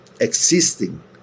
existing